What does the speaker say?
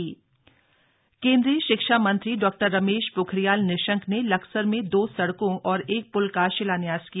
सड़कों का शिलान्यास केंद्रीय शिक्षा मंत्री डॉ रमेश पोखरियाल निशंक ने लक्सर में दो सड़कों और एक प्ल का शिलान्यास किया